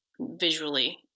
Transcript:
visually